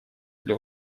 для